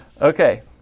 Okay